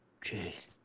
Jeez